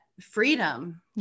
freedom